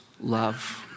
love